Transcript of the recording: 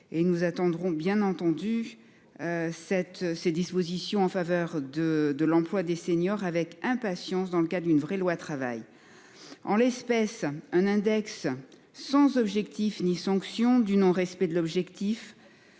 nous attendrons, bien entendu. Cette ces dispositions en faveur de de l'emploi des seniors avec impatience dans le cas d'une vraie loi travail. En l'espèce un index sans objectif ni sanction du non respect de l'objectif.